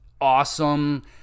awesome